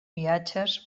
viatges